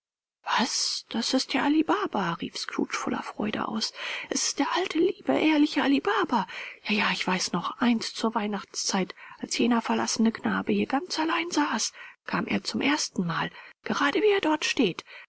was das ist ja ali baba rief scrooge voller freude aus es ist der alte liebe ehrliche ali baba ja ja ich weiß noch einst zur weihnachtszeit als jener verlassene knabe hier ganz allein saß kam er zum erstenmal gerade wie er dort steht